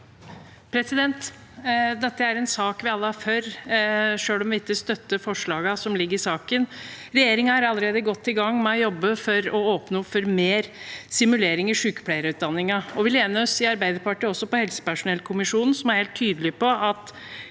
Dette er en sak vi alle er for, selv om vi ikke støtter forslagene som ligger i saken. Regjeringen er allerede godt i gang med å jobbe for å åpne opp for mer simulering i sykepleierutdanningen, og vi lener oss i Arbeiderpartiet også på helsepersonellkommisjonen, som er helt tydelig på at